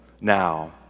now